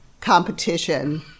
competition